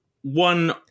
One